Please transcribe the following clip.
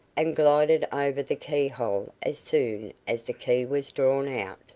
and glided over the key-hole as soon as the key was drawn out,